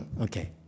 Okay